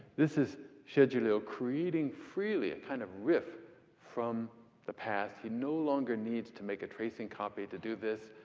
this is xie zhiliu creating freely, a kind of riff from the past. he no longer needs to make a tracing copy to do this.